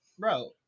Bro